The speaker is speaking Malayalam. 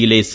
യിലെ സി